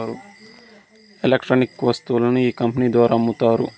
electronic వస్తువులను ఈ company ద్వారా అమ్ముతారు